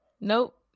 Nope